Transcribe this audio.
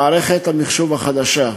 מערכת המחשוב החדשה,